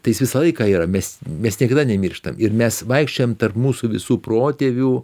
tai jis visą laiką yra mes mes niekada nemirštam ir mes vaikščiojom tarp mūsų visų protėvių